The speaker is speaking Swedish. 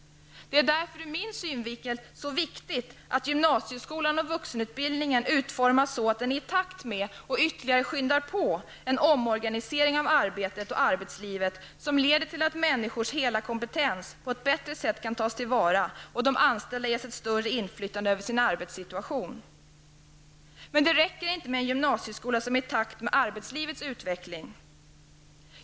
Det är ur min synvinkel därför så viktigt att gymnasieskolan och vuxenutbildningen utformas så att den är i takt med, och ytterligare skyndar på, en omorganisering av arbetet och arbetslivet som leder till att människors hela kompetens på ett bättre sätt kan tas till vara och de anställda ges ett större inflytande över sin arbetssituation. Men det räcker inte med en gymnasieskola som är i takt med arbetslivets utveckling.